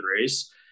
race